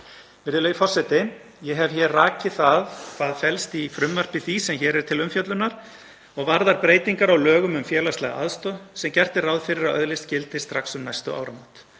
Virðulegi forseti. Ég hef hér rakið hvað felist í því frumvarpi sem hér er til umfjöllunar og varðar breytingu á lögum um félagslega aðstoð sem gert er ráð fyrir að öðlist gildi strax um næstu áramót.